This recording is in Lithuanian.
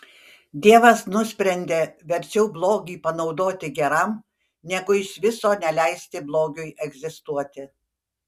dievas nusprendė verčiau blogį panaudoti geram negu iš viso neleisti blogiui egzistuoti